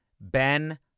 Ben